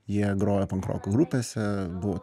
jie grojo pankroko grupėse buvo